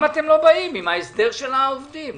לא באים עם הסדר העובדים?